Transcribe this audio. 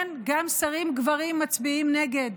כן, גם שרים גברים מצביעים נגד.